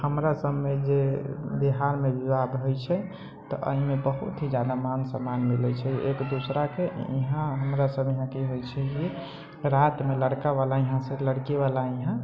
हमरा सबमे जे बिहारमे विवाह होइत छै तऽ एहिमे बहुत ही जादा मान सम्मान मिलैत छै एकदूसराके ईहाँ हमरासब ईहाँ की होइत छै जे रातमे लड़का वला ईहाँ से लड़की वला ईहाँ